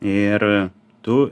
ir tu